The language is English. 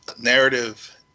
narrative